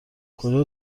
کجا